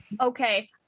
Okay